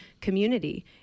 community